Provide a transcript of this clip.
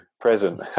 present